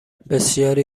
بسیاری